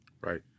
Right